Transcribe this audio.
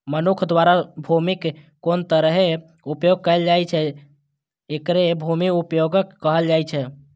मनुक्ख द्वारा भूमिक कोन तरहें उपयोग कैल जाइ छै, एकरे भूमि उपयोगक कहल जाइ छै